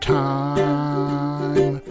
time